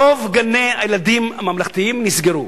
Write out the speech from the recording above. רוב גני-הילדים הממלכתיים נסגרו.